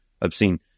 obscene